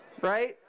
right